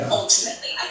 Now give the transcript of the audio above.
ultimately